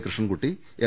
Krishnankutty M